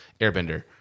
Airbender